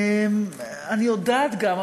אני יודעת גם,